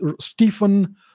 Stephen